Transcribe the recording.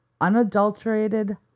unadulterated